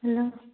hello